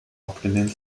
abgelehnt